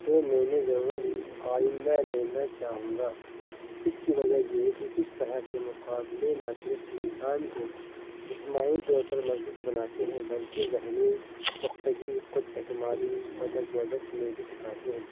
تو میں نے ضرور آئندہ لینا چاہوں گا اس کی وجہ یہ ہے کہ اس طرح کے مقابلے نہ صرف انسان کو جسمانی طور پر مضبوط بناتے ہیں بلکہ ذہنی پختگی خود اعتمادی اور نظم و ضبط میں بھی سکھاتے ہیں